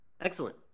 excellent